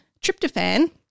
tryptophan